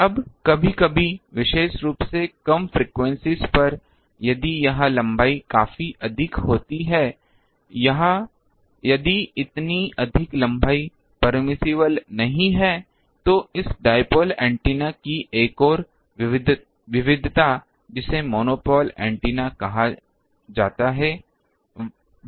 अब कभी कभी विशेष रूप से कम फ्रीक्वेंसीज़ पर यदि यह लंबाई काफी अधिक होती है यदि इतनी अधिक लंबाई परमिसिबल नहीं है तो इस डाइपोल एंटेना की एक और विविधता जिसे मोनोपोल ऐन्टेना कहा जाता है भी है